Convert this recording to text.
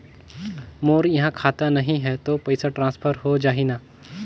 मोर इहां खाता नहीं है तो पइसा ट्रांसफर हो जाही न?